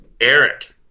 Eric